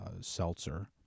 seltzer